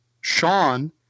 Sean